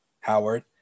Howard